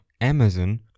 Amazon